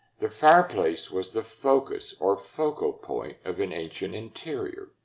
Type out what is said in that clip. the fireplace was the focus or focal point of an ancient interior,